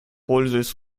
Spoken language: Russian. пользуясь